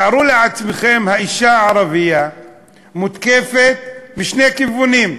תארו לעצמכם, האישה הערבייה מותקפת משני כיוונים: